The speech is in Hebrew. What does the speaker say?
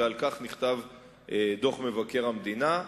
ועל כך נכתב דוח מבקר המדינה.